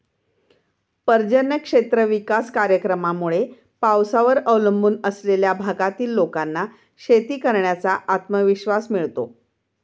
पर्जन्य क्षेत्र विकास कार्यक्रमामुळे पावसावर अवलंबून असलेल्या भागातील लोकांना शेती करण्याचा आत्मविश्वास मिळतो